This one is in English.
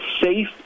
safe